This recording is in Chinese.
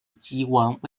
机关